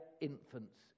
infants